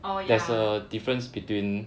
oh ya